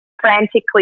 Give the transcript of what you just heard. frantically